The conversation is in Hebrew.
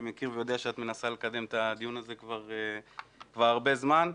אני מכיר ויודע שאת מנסה לקדם את הדיון הזה כבר הרבה זמן.